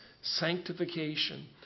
sanctification